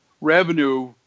revenue